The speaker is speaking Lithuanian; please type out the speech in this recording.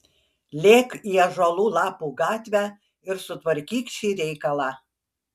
lėk į ąžuolų lapų gatvę ir sutvarkyk šį reikalą